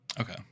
Okay